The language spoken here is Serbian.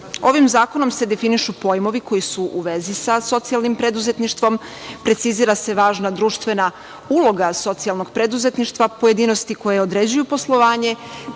zakonom se definišu pojmovi koji su u vezi sa socijalnim preduzetništvom, precizira se važna društvena uloga socijalnog preduzetništva, pojedinosti koje određuju poslovanje,